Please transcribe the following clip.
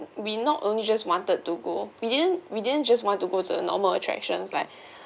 we not only just wanted to go we didn't we didn't just want to go to the normal attractions like